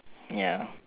ya